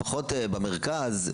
לפחות במרכז,